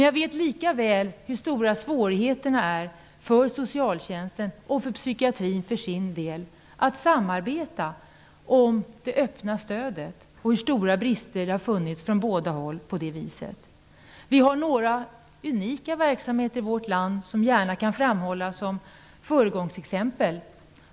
Jag vet lika väl hur stora svårigheterna är för Socialtjänsten och för psykiatrin att samarbeta om det öppna stödet, vilket medfört stora brister. Det finns några unika verksamheter i vårt land som gärna kan framhållas som föregångsexempel.